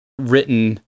written